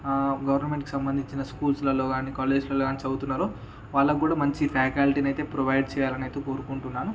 గవర్నమెంట్కి సంబంధించిన స్కూల్స్లలో కానీ కాలేజెస్లలో కానీ చదువుతున్నారు వాళ్ళకి కూడా మంచి ఫ్యాకల్టీనైతే ప్రొవైడ్ చేయాలనైతే కోరుకుంటున్నాను